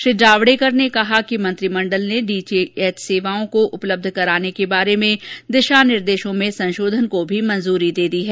श्री जावडेकर ने कहा कि मंत्रिमंडल ने डीटीएच सेवाओं को उपलब्ध कराने के बारे में दिशा निर्देशों में संशोधन को भी मंजूरी दे दी है